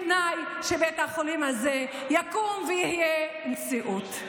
בתנאי שבית החולים הזה יקום ויהיה מציאות.